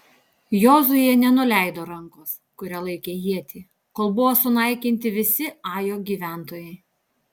jozuė nenuleido rankos kuria laikė ietį kol buvo sunaikinti visi ajo gyventojai